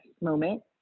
moment